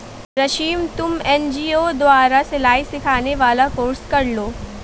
रश्मि तुम एन.जी.ओ द्वारा सिलाई सिखाने वाला कोर्स कर लो